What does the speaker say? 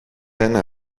ένα